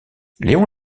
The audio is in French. léon